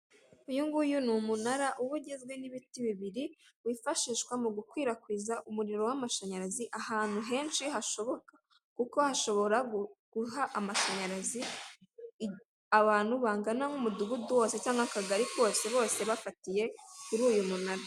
Uyunguyu n'umunara uba ugizwe n'ibiti bibiri wifashishwa mugukwirakwiza umuriro w'amashanyarazi ahantu henshi hashoboka, kuko hashobora guha amashanyarazi abantu bangana nk'umudugudu wose cyangwa akagari kose bose bafatiye kuruyu munara.